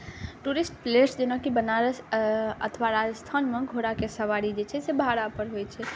tourist place जेनाकि बनारस अथवा राजस्थानमे घोड़ाके सवारी जे छै से भाड़ापर होइ छै